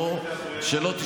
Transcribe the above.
שלא,